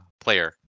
player